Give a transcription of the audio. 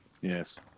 Yes